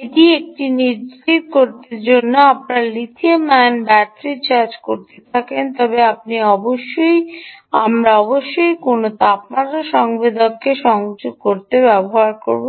এটি এটি নিশ্চিত করবে কারণ আপনি যদি লিথিয়াম আয়ন ব্যাটারি চার্জ করে থাকেন তবে আপনি অবশ্যই আমাদের অবশ্যই কোনও তাপমাত্রা সংবেদককে সংযোগ করতে হবে